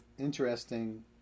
interesting